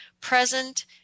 present